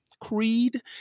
creed